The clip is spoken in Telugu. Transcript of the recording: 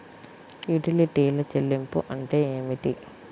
యుటిలిటీల చెల్లింపు అంటే ఏమిటి?